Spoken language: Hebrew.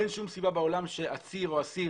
אין שום סיבה בעולם שאסיר או עציר